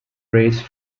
race